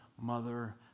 mother